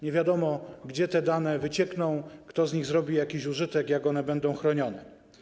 Nie wiadomo, gdzie one wyciekną, kto z nich zrobi jakiś użytek, jak będą chronione.